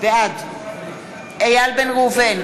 בעד איל בן ראובן,